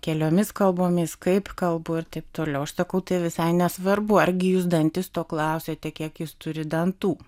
keliomis kalbomis kaip kalbu ir taip toliau aš sakau tai visai nesvarbu argi jūs dantisto klausiate kiek jis turi dantų